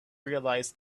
realise